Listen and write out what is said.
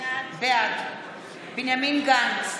בעד בנימין גנץ,